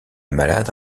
malade